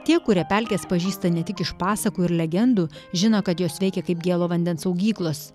tie kurie pelkes pažįsta ne tik iš pasakų ir legendų žino kad jos veikia kaip gėlo vandens saugyklos